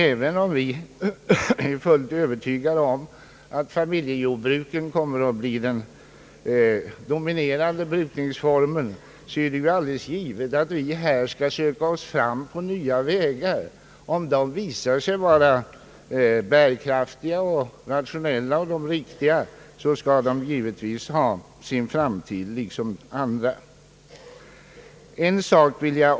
även om vi är fullt övertygade om att familjejordbruken kommer att bli den dominerande brukningsformen, är det alldeles givet att vi bör söka oss fram på nya vägar. Om de s.k. fabrikerna visar sig vara bärkraftiga, rationella och riktiga skall de givetvis ha sin framtid liksom andra brukningsformer.